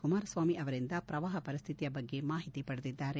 ಕುಮಾರಸ್ವಾಮಿ ಅವರಿಂದ ಪ್ರವಾಹ ಪರಿಸ್ಥಿತಿಯ ಬಗ್ಗೆ ಮಾಹಿತಿ ಪಡೆದಿದ್ದಾರೆ